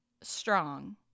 strong